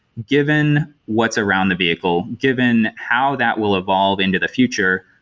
given what's around the vehicle, given how that will evolve into the future,